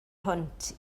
hwnt